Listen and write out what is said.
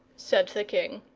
said the king.